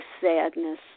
sadness